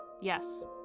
Yes